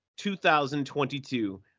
2022